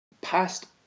past